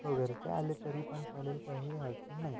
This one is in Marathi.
हो घरचे आले तरी पण चालेल काहीही अडचण नाही